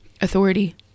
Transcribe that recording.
authority